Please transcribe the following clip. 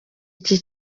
iki